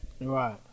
Right